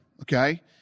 Okay